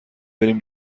بریم